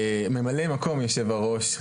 ממלא מקום יושב הראש,